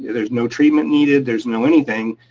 there's no treatment needed. there's no anything,